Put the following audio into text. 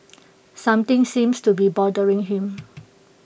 something seems to be bothering him